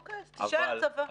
אוקיי, אז תישאר צבא.